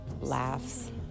laughs